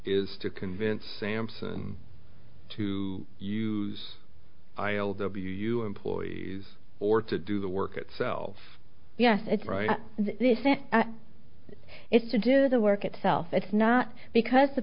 is to convince sampson to use i l w u employees or to do the work itself yes it's right it's to do the work itself it's not because the